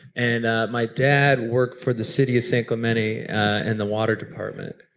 and ah my dad worked for the city of san clemente and the water department.